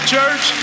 Church